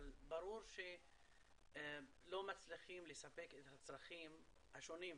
אבל ברור שלא מצליחים לספק את הצרכים השונים.